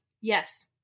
Yes